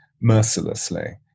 mercilessly